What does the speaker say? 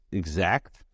exact